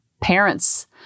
parents